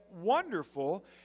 wonderful